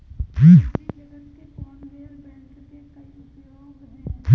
कृषि जगत में कन्वेयर बेल्ट के कई उपयोग हैं